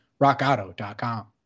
Rockauto.com